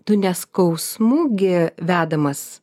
tu ne skausmų gi vedamas